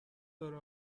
داره